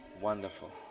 Wonderful